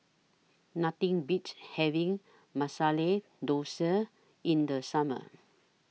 Nothing Beats having Masala Dosa in The Summer